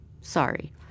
Sorry